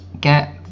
get